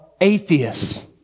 atheists